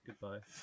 goodbye